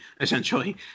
essentially